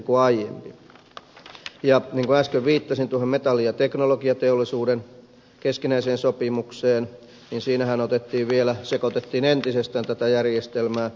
niin kuin äsken viittasin tuohon metallin ja teknologiateollisuuden keskinäiseen sopimukseen niin siinähän sekoitettiin vielä entisestään tätä järjestelmää